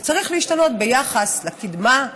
וצריך להשתנות ביחס לקדמה.